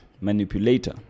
manipulator